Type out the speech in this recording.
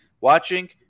watching